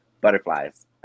butterflies